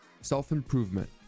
Self-improvement